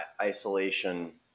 Isolation